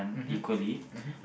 mmhmm mmhmm